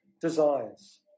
desires